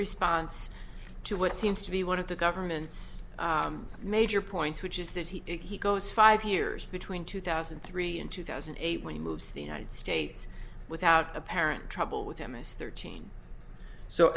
response to what seems to be one of the government's major points which is that he goes five years between two thousand and three and two thousand and eight when he moves the united states without apparent trouble with him is thirteen so